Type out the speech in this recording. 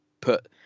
put